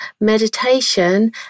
meditation